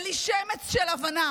אין לי שמץ של הבנה.